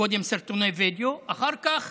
קודם סרטוני וידיאו, אחר כך